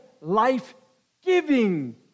life-giving